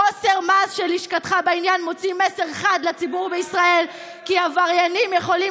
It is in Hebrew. חוסר המעש של לשכתך בעניין מוציא מסר חד לציבור בישראל כי עבריינים יכולים